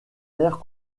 l’air